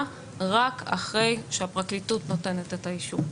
רק אחרי שהפרקליטות נותנת את האישור.